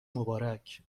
مبارک